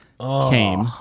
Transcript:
came